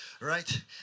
right